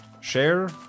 Share